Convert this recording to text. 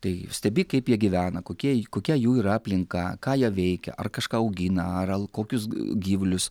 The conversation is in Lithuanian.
tai stebi kaip jie gyvena kokie j kokia jų yra aplinka ką jie veikia ar kažką augina ar al kokius gyvulius